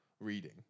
reading